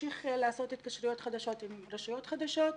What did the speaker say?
ממשיך לעשות התקשרויות חדשות עם רשויות חדשות.